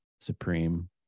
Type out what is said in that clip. supreme